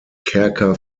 kerker